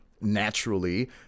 Naturally